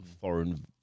foreign